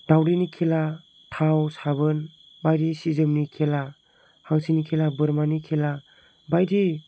दावदैनि खेला थाव साबोन बायदि सिजोननि खेला हांसोनि खेला बोरमानि खेला बायदि